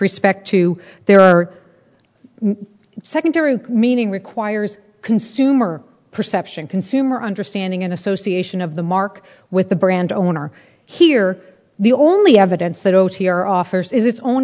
respect to there are secondary meaning requires consumer perception consumer understanding and association of the mark with the brand owner here the only evidence that o t r offers is its own